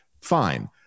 fine